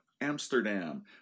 Amsterdam